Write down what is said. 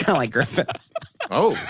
like griffin oh.